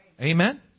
Amen